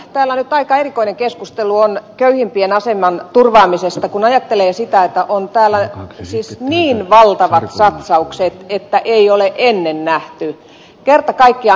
kyllä täällä nyt aika erikoinen keskustelu on köyhimpien aseman turvaamisesta kun ajattelee sitä että täällä on niin valtavat satsaukset että ei ole ennen nähty kerta kaikkiaan